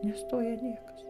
nestoja niekas